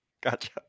Gotcha